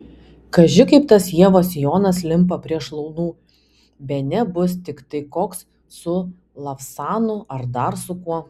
kaži kaip tas ievos sijonas limpa prie šlaunų bene bus tiktai koks su lavsanu ar dar su kuo